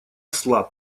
слаб